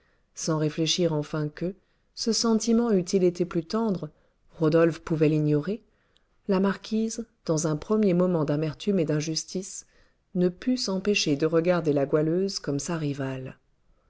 sans réfléchir enfin que ce sentiment eût-il été plus tendre rodolphe pouvait l'ignorer la marquise dans un premier moment d'amertume et d'injustice ne put s'empêcher de regarder la goualeuse comme sa rivale